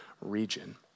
region